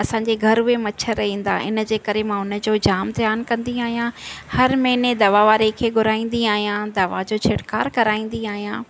असांजे घरु बि मच्छर ईंदा आहिनि इनजे करे मां उनजो जाम धियानु कंदी आहियां हर महीने दवा वारे खे घुराईंदी आहियां दवा जो छिड़कार कराईंदी आहियां